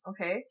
Okay